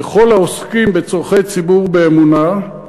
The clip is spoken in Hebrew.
וכל העוסקים בצורכי ציבור באמונה,